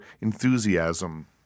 enthusiasm